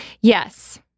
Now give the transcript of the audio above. yes